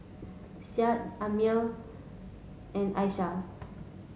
Syah Ammir and Aisyah